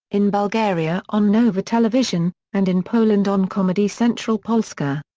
in bulgaria on nova television, and in poland on comedy central polska.